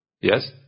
Yes